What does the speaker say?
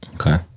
Okay